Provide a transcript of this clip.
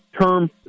term